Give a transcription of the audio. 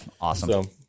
Awesome